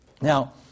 Now